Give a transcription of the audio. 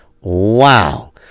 Wow